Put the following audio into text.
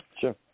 Sure